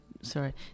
sorry